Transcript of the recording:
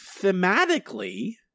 thematically